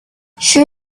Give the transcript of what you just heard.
she